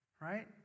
Right